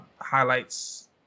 highlights